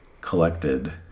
collected